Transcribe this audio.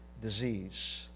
disease